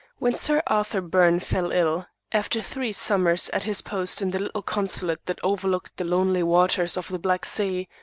when sir arthur byrne fell ill, after three summers at his post in the little consulate that overlooked the lonely waters of the black sea,